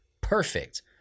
perfect